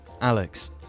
Alex